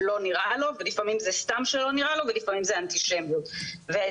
לא נראה לו ולפעמים זה סתם שלא נראה לו ולפעמים זה אנטישמיות ואצלנו,